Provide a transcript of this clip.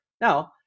Now